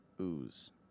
ooze